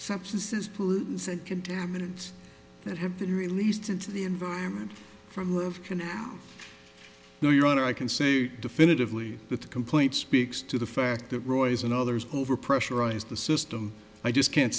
substances pollutants and contaminants that have been released into the environment from love canal no your honor i can say definitively that the complaint speaks to the fact that roy's and others over pressurized the system i just can't